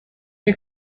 you